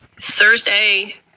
thursday